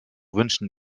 wünschen